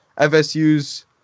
FSU's